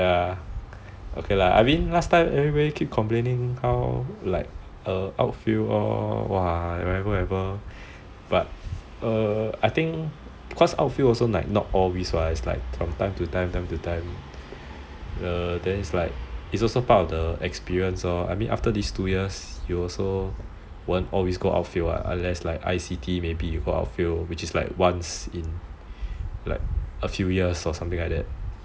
okay lah I think last time everyone keep complaining how like outfield all !wah! whatever whatever but I think outfield also like not always [what] it's time to time err then is like it's also part of the experience lor I mean after this two years you also won't always go outfield [what] unless I_C_T outfield which is like once in like a few years or something like that